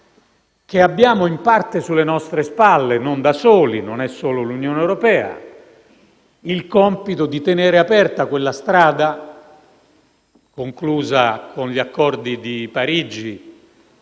Ora abbiamo in parte sulle nostre spalle (non da soli, perché non c'è solo l'Unione europea), il compito di tenere aperta la strada conclusa con gli accordi di Parigi